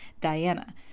Diana